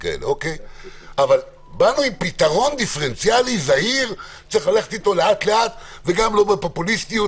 באנו עם פתרון דיפרנציאלי זהיר שצריך ללכת איתו לאט ולא בפופוליזם,